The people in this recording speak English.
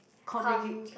communicate